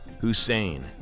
Hussein